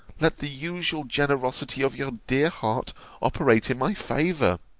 let the usual generosity of your dear heart operate in my favour.